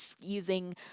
using